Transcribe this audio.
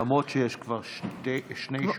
למרות שיש כבר שני שואלים.